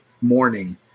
morning